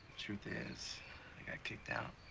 truth is, i got kicked out.